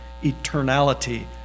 eternality